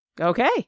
Okay